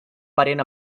parent